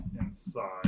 inside